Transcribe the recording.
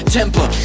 temper